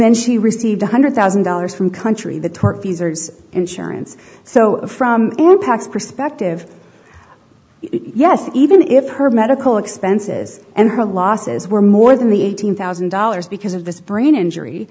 then she received one hundred thousand dollars from country the tarte fees are insurance so from your impacts perspective yes even if her medical expenses and her losses were more than the eighteen thousand dollars because of this brain injury